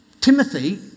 Timothy